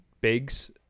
bigs